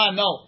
no